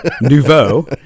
Nouveau